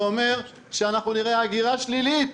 זה אומר שאנחנו נראה הגירה שלילית.